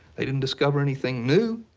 they didn't discover anything new.